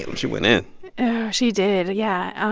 she went in she did, yeah.